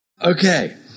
Okay